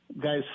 guys